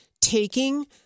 taking